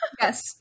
Yes